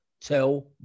tell